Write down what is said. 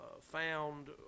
found